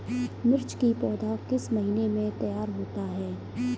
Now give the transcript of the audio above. मिर्च की पौधा किस महीने में तैयार होता है?